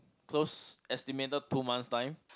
close estimated two months' time